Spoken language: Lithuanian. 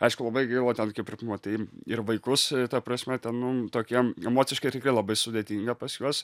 aišku labai gaila ten kaip ir pamatai ir vaikus ta prasme ten nu tokiem emociškai tikrai labai sudėtinga pas juos